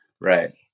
right